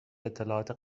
اطلاعات